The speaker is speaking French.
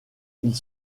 ils